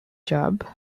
job